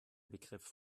begriff